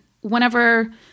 whenever